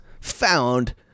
found